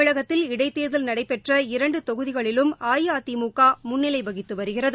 தமிழகத்தில் இடைத் தேர்தல் நடைபெற்ற இரண்டு தொகுதிகளிலும் அஇஅதிமுக முன்னிலை வகித்து வருகிறது